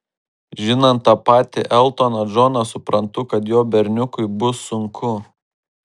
žinant tą patį eltoną džoną suprantu kad jo berniukui bus sunku